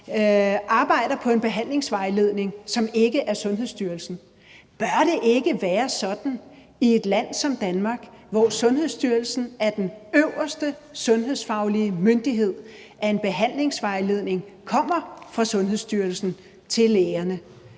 arbejder på en behandlingsvejledning, som ikke er Sundhedsstyrelsen. Bør det ikke være sådan i et land som Danmark, hvor Sundhedsstyrelsen er den øverste sundhedsfaglige myndighed, at en behandlingsvejledning kommer fra Sundhedsstyrelsen til lægerne?